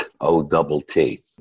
O-double-T